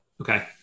Okay